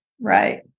Right